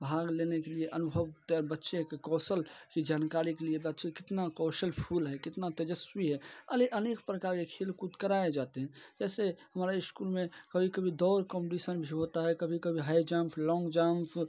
भाग लेने के लिए अनुभवतः बच्चे के कौशल की जानकारी के लिए बच्चे कितना कौशल फ़ुल है कितना तेजस्वी है अनेक प्रकार के खेल कूद कराए जाते हैं जैसे हमारा इस्कूल में कभी कभी दौर कॉम्पटीसन भी होता है कभी कभी हाई जम्फ लौंग जम्फ